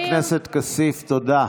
כמה שקרים אפשר, חבר הכנסת כסיף, תודה.